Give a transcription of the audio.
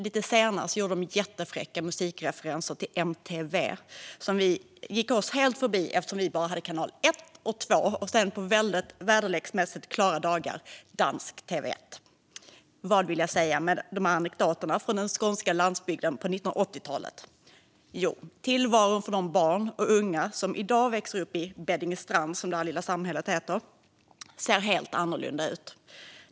Lite senare gjorde de jättefräcka musikreferenser till MTV som gick oss helt förbi eftersom vi bara hade kanal 1 och 2 och, på väderleksmässigt klara dagar, danska DR1. Vad vill jag säga med dessa anekdoter från den skånska landsbygden på 1980-talet? Jo, att tillvaron för de barn och unga som i dag växer upp i Beddingestrand, som det här lilla samhället heter, ser helt annorlunda ut.